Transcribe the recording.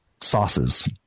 sauces